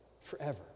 forever